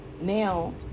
Now